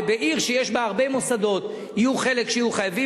בעיר שיש בה הרבה מוסדות יהיו חלק שיהיו חייבים,